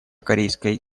корейской